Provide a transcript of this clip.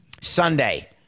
Sunday